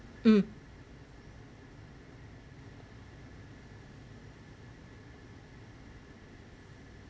mm